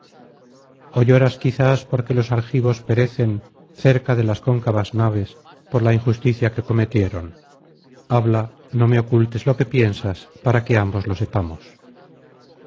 quizás porque los argivos perecen cerca de las cóncavas naves por la injusticia que cometieron habla no me ocultes lo que piensas para que ambos lo sepamos